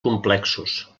complexos